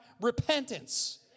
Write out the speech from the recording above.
Repentance